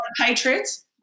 Patriots